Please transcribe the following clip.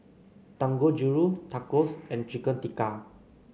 Dangojiru Tacos and Chicken Tikka